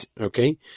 okay